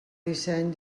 disseny